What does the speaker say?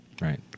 right